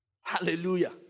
Hallelujah